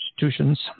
institutions